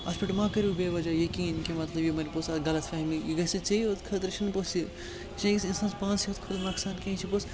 اَتھ پٮ۪ٹھ ما کٔرِو بے وجہ یقیٖن کہِ مطلب یہِ بنہِ پوٚتُس اکھ غلط فٮ۪ہمی یہِ گژھِ نہٕ ژے یوت خٲطرٕ چھِنہٕ پوٚتُس یہِ یہِ چھِ أکِس اِنسانَس پانسٕے یوت خٲطرٕ نۄقصان کینٛہہ یہِ چھِ پوٚتُس